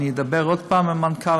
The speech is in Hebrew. אני אדבר שוב עם המנכ"ל,